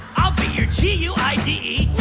i'll be your g u i d